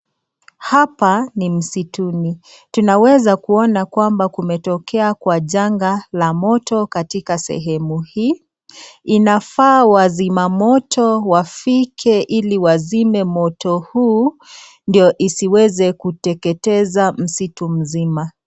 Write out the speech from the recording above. Hapa ni msituni, tunaweza kuona kwamba kumetokea kwa janga la moto katika sehemu hii. Inafaa wazima moto wafike ili wazime moto huu ndio isiweze kuteketeza msitu mzima.